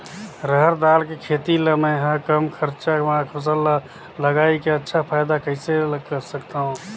रहर दाल के खेती ला मै ह कम खरचा मा फसल ला लगई के अच्छा फायदा कइसे ला सकथव?